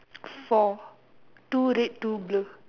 four two red two blue